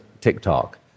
TikTok